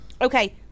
Okay